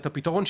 את הפתרון,